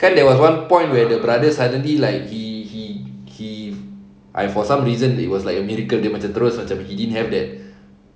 kan there was one point where the brother suddenly like he he he I for some reason it was like a miracle dia macam terus didn't have that